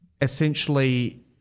Essentially